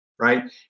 right